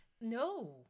No